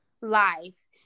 life